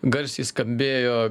garsiai skambėjo